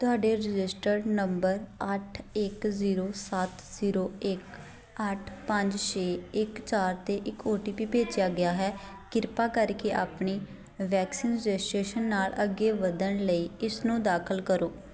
ਤੁਹਾਡੇ registered number ਅੱਠ ਇੱਕ ਜ਼ੀਰੋ ਸੱਤ ਜ਼ੀਰੋ ਇੱਕ ਅੱਠ ਪੰਜ ਛੇ ਇੱਕ ਚਾਰ 'ਤੇ ਇੱਕ ਓ ਟੀ ਪੀ ਭੇਜਿਆ ਗਿਆ ਹੈ ਕਿਰਪਾ ਕਰਕੇ ਆਪਣੀ ਵੈਕਸੀਨ ਰਜਿਸ਼ਟ੍ਰੇਸ਼ਨ ਨਾਲ ਅੱਗੇ ਵਧਣ ਲਈ ਇਸ ਨੂੰ ਦਾਖਲ ਕਰੋ